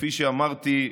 כפי שאמרתי,